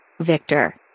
Victor